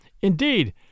Indeed